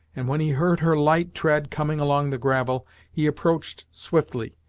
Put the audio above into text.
and when he heard her light tread coming along the gravel he approached swiftly,